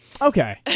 Okay